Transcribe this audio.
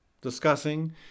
discussing